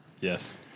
Yes